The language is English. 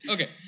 Okay